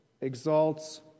exalts